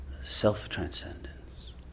self-transcendence